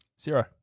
Zero